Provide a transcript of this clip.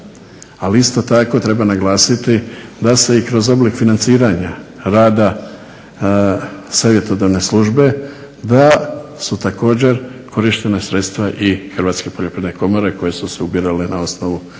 Ali isto tako treba naglasiti da se i kroz oblik financiranja rada savjetodavne službe da su također korištena sredstva i Hrvatske poljoprivredne komore koje su se ubirale na osnovu doprinosa.